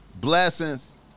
Blessings